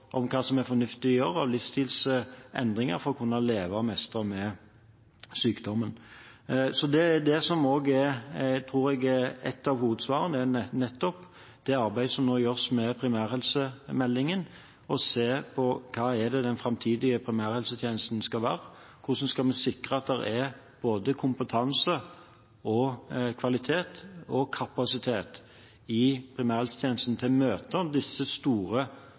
om hva som er fornuftig å gjøre, og om livsstilsendringer for å kunne leve med og mestre sykdommen. Det som er – tror jeg – et av hovedsvarene i det arbeidet som nå gjøres med primærhelsemeldingen, er å se på: Hvordan skal den framtidige primærhelsetjenesten være? Hvordan skal vi sikre at det i primærhelsetjenesten er både kompetanse, kvalitet og kapasitet til å møte de store